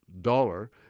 Dollar